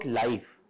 life